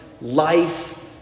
life